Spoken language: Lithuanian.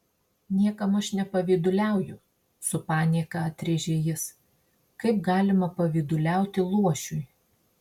niekam aš nepavyduliauju su panieka atrėžė jis kaip galima pavyduliauti luošiui